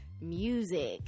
music